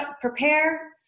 prepare